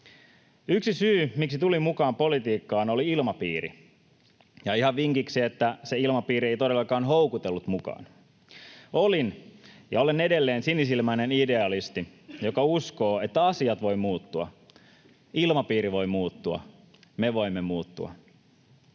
Yksi syy, miksi tulin mukaan politiikkaan, oli ilmapiiri — ja ihan vinkiksi, että se ilmapiiri ei todellakaan houkutellut mukaan. Olin ja olen edelleen sinisilmäinen idealisti, joka uskoo, että asiat voivat muuttua, ilmapiiri voi muuttua, me voimme muuttua.